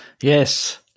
Yes